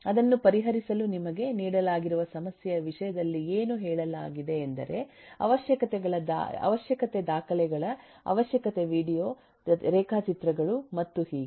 ಅದನ್ನು ಪರಿಹರಿಸಲು ನಿಮಗೆ ನೀಡಲಾಗಿರುವ ಸಮಸ್ಯೆಯ ವಿಷಯದಲ್ಲಿ ಏನು ಹೇಳಲಾಗಿದೆಯೆಂದರೆ ಅವಶ್ಯಕತೆ ದಾಖಲೆಗಳ ಅವಶ್ಯಕತೆ ವೀಡಿಯೊ ರೇಖಾಚಿತ್ರಗಳು ಮತ್ತು ಹೀಗೆ